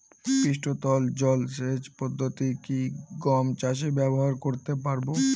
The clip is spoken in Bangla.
পৃষ্ঠতল জলসেচ পদ্ধতি কি গম চাষে ব্যবহার করতে পারব?